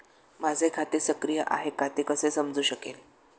माझे खाते सक्रिय आहे का ते कसे समजू शकेल?